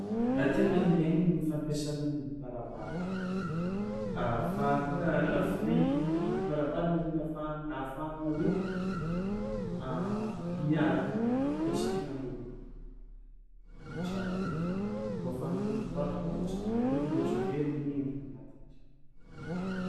A tegna ilaigny ny fampiasagna ny hidim-baravarana afa ta- f- hidim-baravaragna zany ahafahagn- ahafahagna hoe miaro mbô tsy hidiran'ôlogno ny tagno araiky, mbô ahafahagna koa midoboàka koa mbô tsy hidiran'ôlo mbô tsy ho very ny entagna agnatin'ny tragno.